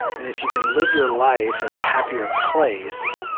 and if you can live your life in a happier place,